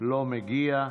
לא מגיע,